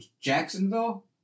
Jacksonville